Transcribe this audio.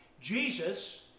Jesus